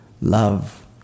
love